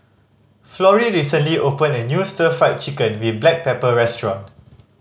Florrie recently opened a new Stir Fried Chicken with black pepper restaurant